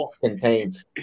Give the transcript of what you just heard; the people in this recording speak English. contained